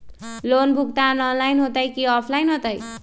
Loan भुगतान online होतई कि ऑफलाइन होतई?